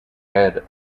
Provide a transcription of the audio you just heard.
head